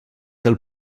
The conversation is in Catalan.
del